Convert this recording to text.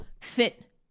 fit